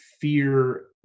fear